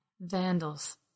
Vandals